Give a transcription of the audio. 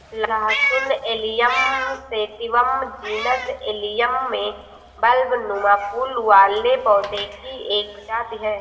लहसुन Allium sativum genus Allium में बल्बनुमा फूल वाले पौधे की एक प्रजाति है